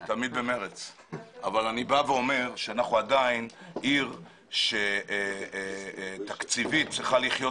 אני אומר שאנחנו עדיין עיר שתקציבית צריכה לחיות